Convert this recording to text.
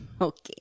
Okay